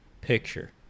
picture